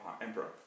emperor